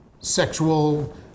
sexual